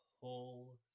whole